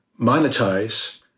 monetize